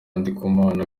ndikumana